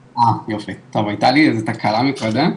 יופי, טוב, היתה לי איזו תקלה מקודם.